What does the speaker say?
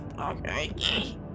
Okay